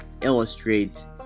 illustrate